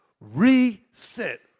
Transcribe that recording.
reset